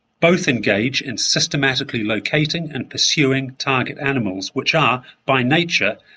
both engage in systematically locating and pursuing target animals, which are, by nature,